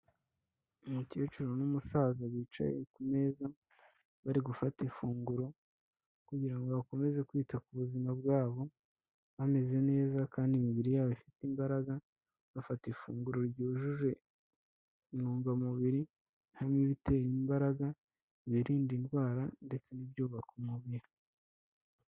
Umukecuru n'umusaza bicaye ku meza, bari gufata ifunguro kugira ngo bakomeze kwita ku buzima bwabo, bameze neza kandi imibiri yabo ifite imbaraga, bafata ifunguro ryujuje intungamubiri, harimo ibiteraimbaraga, birinda indwara ndetse n'ibyubaka umubiri.